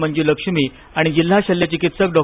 मंजूलक्ष्मी आणि जिल्हा शल्यचिकित्सक डॉ